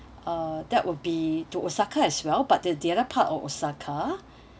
uh that would be to osaka as well but the other part of osaka